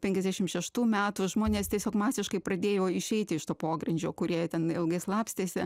penkiasdešimt šeštų metų žmonės tiesiog masiškai pradėjo išeiti iš to pogrindžio kurie jie ten ilgai slapstėsi